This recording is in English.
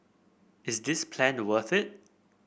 is this plan to worth it